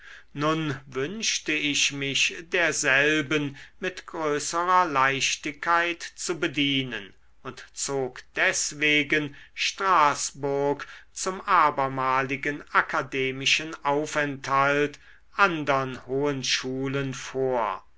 nun wünschte ich mich derselben mit größerer leichtigkeit zu bedienen und zog deswegen straßburg zum abermaligen akademischen aufenthalt andern hohen schulen vor